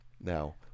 Now